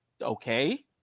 Okay